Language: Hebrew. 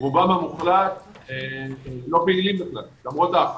רובם המוחלט לא פעילים בכלל, למרות ההחרגה.